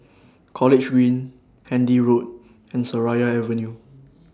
College Green Handy Road and Seraya Avenue